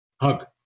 Hug